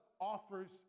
offers